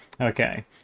Okay